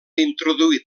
introduir